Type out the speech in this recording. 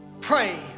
pray